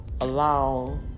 allow